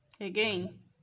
again